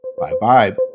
bye-bye